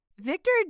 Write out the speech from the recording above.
Victor